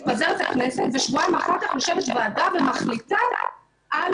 מתפזרת הכנסת ושבועיים אחר כך יושבת ועדה ומחליטה על